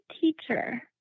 teacher